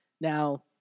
Now